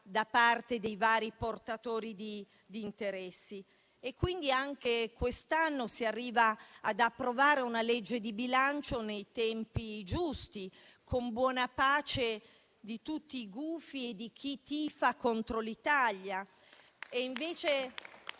da parte dei vari portatori di interessi. Anche quest'anno si arriva ad approvare una legge di bilancio nei tempi giusti, con buona pace di tutti i gufi e di chi tifa contro l'Italia.